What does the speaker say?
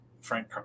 Frank